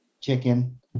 chicken